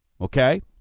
Okay